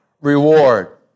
reward